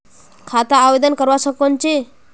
खाता आवेदन करवा संकोची?